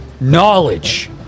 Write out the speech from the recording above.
Knowledge